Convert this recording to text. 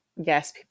yes